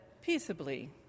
peaceably